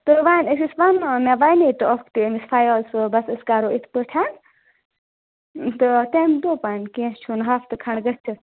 تہٕ وَنۍ أسۍ ٲسۍ وَنان مےٚ وَنیو تہٕ اکھ تہِ أمِس فَیاض صٲبَس أسۍ کَرو اِتھ پٲٹھۍ تہٕ تَمہِ دوٚپَن ووںی کیٚنٛہہ چھُنہٕ ہَفتہٕ کھنٛڈ گٔژھِتھ